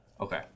Okay